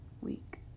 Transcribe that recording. week